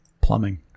plumbing